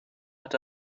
hat